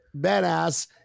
Badass